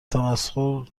تمسخر